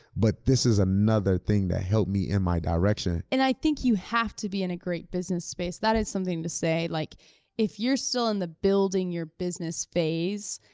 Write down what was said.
but this is another thing that helped me in my direction. and i think you have to be i an great business space. that is something to say. like if you're still in the building your business phase,